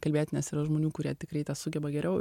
kalbėt nes yra žmonių kurie tikrai tą sugeba geriau